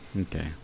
Okay